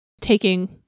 taking